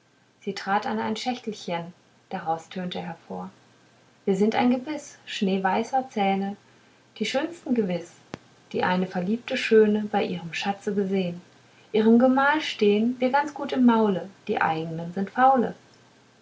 sie trat an ein schächtelchen daraus tönte hervor wir sind ein gebiß schneeweißer zähne die schönsten gewiß die eine verliebte schöne bei ihrem schatze gesehn ihrem gemahle stehn wir ganz gut im maule die eignen sind faule